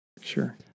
sure